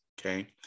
okay